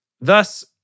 Thus